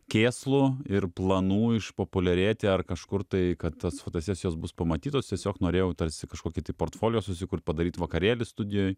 kėslų ir planų išpopuliarėti ar kažkur tai kad tos fotosesijos bus pamatytos tiesiog norėjau tarsi kažkokį tai portfolio susikurt padaryt vakarėlį studijoj